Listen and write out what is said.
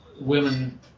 women